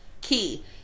key